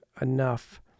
enough